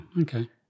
Okay